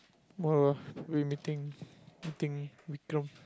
tomorrow ah we meeting meeting Vikram